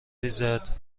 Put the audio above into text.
ریزد